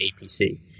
APC